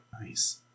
Nice